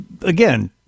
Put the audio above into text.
again